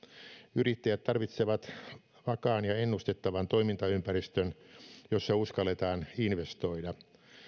yrittäjät tarvitsevat vakaan ja ennustettavan toimintaympäristön jossa uskalletaan investoida